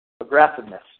aggressiveness